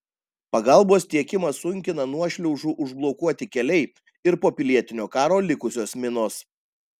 pagalbos tiekimą sunkina nuošliaužų užblokuoti keliai ir po pilietinio karo likusios minos